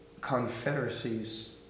confederacies